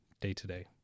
day-to-day